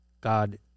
God